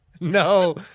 no